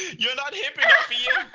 you're not hip enough ian,